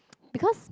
because